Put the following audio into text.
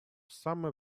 самые